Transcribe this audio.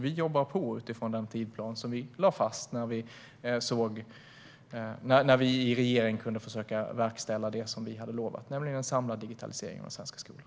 Vi jobbar på utifrån den tidsplan som vi lade fast när vi i regeringen kunde försöka verkställa det som vi hade lovat, nämligen en samlad digitalisering av den svenska skolan.